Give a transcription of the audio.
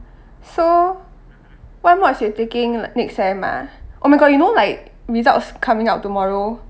so what mods you taking next sem ah oh my god you know like results coming out tomorrow